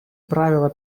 правила